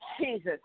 Jesus